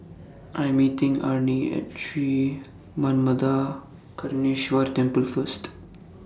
I Am meeting Arnie At Sri Manmatha Karuneshvarar Temple First